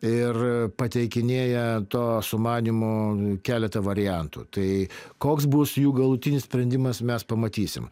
ir pateikinėja to sumanymu keletą variantų tai koks bus jų galutinis sprendimas mes pamatysim